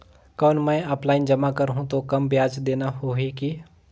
कौन मैं ऑफलाइन जमा करहूं तो कम ब्याज देना होही की?